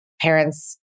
parents